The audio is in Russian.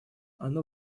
она